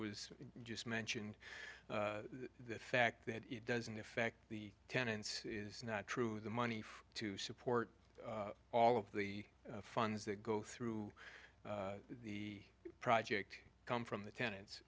was just mentioned the fact that it doesn't affect the tenants is not true the money to support all of the funds that go through the project come from the tenant